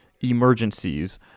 emergencies